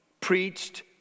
preached